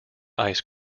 ice